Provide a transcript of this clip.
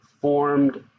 formed